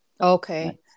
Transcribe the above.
Okay